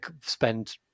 spend